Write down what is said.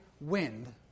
wind